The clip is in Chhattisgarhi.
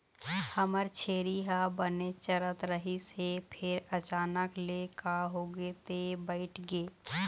हमर छेरी ह बने चरत रहिस हे फेर अचानक ले का होगे ते बइठ गे